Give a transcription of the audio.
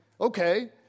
okay